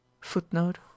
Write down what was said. footnote